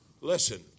Listen